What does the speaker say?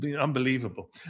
unbelievable